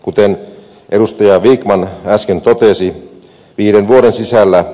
kuten edustaja vikman äsken totesi viiden vuoden sisällä